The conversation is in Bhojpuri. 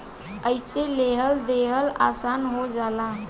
अइसे लेहल देहल आसन हो जाला